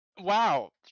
wow